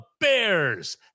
Bears